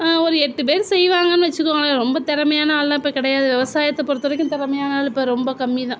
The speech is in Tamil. ஒரு எட்டு பேர் செய்வாங்கனு வச்சிக்கோங்களேன் ரொம்ப திறமையான ஆள்லாம் இப்போ கிடையாது விவசாயத்தை பொறுத்தவரைக்கும் திறமையான ஆள் இப்போ ரொம்ப கம்மிதான்